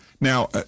Now